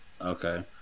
Okay